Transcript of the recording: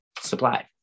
supply